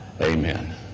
Amen